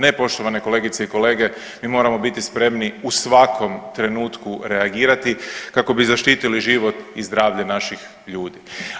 Ne poštovane kolegice i kolege mi moramo biti spremni u svakom trenutku reagirati kako bi zaštitili život i zdravlje naših ljudi.